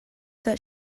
that